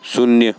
शून्य